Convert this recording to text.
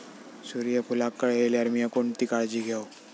सूर्यफूलाक कळे इल्यार मीया कोणती काळजी घेव?